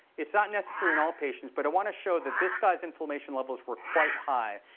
it's not necessary in all patients, but i want to show that this guy's inflammation levels were quite high.